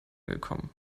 gekommen